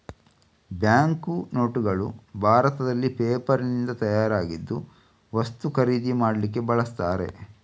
bank ನೋಟುಗಳು ಭಾರತದಲ್ಲಿ ಪೇಪರಿನಿಂದ ತಯಾರಾಗಿದ್ದು ವಸ್ತು ಖರೀದಿ ಮಾಡ್ಲಿಕ್ಕೆ ಬಳಸ್ತಾರೆ